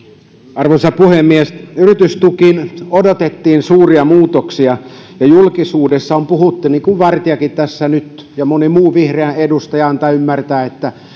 arvoisa puhemies yritystukiin odotettiin suuria muutoksia ja julkisuudessa on puhuttu niin kuin vartiakin tässä nyt ja moni muu vihreä edustaja antaa ymmärtää että